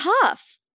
tough